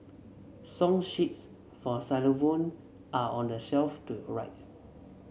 song sheets for xylophone are on the shelf to your rights